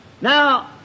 Now